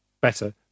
better